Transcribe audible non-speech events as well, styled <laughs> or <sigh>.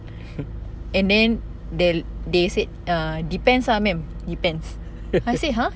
<laughs>